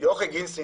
יוכי גנסין